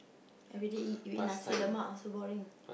everyday eat you eat Nasi-Lemak also boring